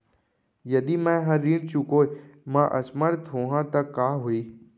यदि मैं ह ऋण चुकोय म असमर्थ होहा त का होही?